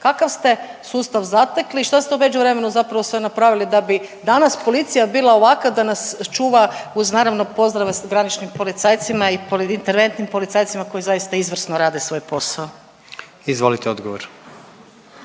Kakav ste sustav zatekli i što ste u međuvremenu zapravo sve napravili da bi danas policija bila ovakva da nas čuva, uz naravno, pozdrave graničnim policajcima i interventnim policajcima koji zaista izvrsno rade svoj posao. **Jandroković,